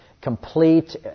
complete